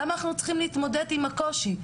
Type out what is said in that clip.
למה אנחנו צריכים להתמודד עם הקושי?